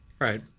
Right